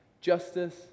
justice